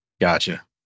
Gotcha